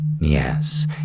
Yes